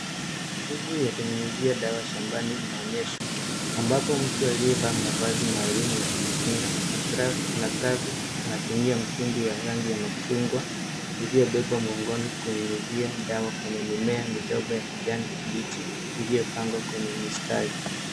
Shuguli ya kunyunyuzia dawa shambani inaonyeshwa ambapo mtu aliyevaa mavazi maalum ya kujikinga na glavu anatumia mtungi wa rangi ya machungwa iliyobebwa mgongoni kunyunyuzia dawa kwenye mimea midogo ya kijani kibichi iliyopangwa kwenye mistari.